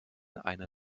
eine